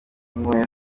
impuhwe